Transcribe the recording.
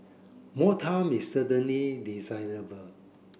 more time is certainly desirable